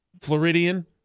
Floridian